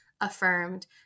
affirmed